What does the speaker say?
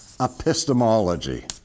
epistemology